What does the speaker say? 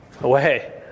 away